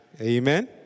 Amen